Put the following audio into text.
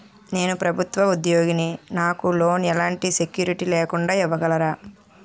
నేను ప్రభుత్వ ఉద్యోగిని, నాకు లోన్ ఎలాంటి సెక్యూరిటీ లేకుండా ఇవ్వగలరా?